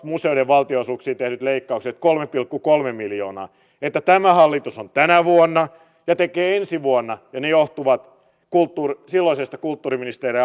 museoiden valtionosuuksiin tehdyt leikkaukset kolme pilkku kolme miljoonaa jotka tämä hallitus on tehnyt tänä vuonna ja tekee ensi vuonna johtuvat silloisesta kulttuuriministeri